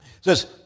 says